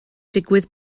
digwydd